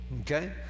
Okay